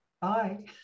Bye